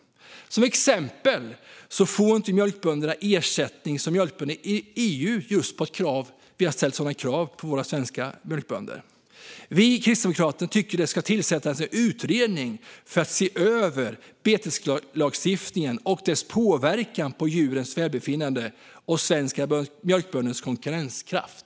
Till exempel får inte våra svenska mjölkbönder ersättning som mjölkbönderna i resten av EU just eftersom vi har ställt sådana krav på dem. Vi i Kristdemokraterna tycker att det ska tillsättas en utredning för att se över beteslagstiftningen och dess påverkan på djurens välbefinnande och svenska mjölkbönders konkurrenskraft.